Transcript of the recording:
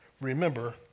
remember